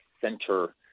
center